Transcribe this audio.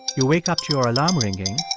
you wake up to your alarm ringing.